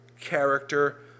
character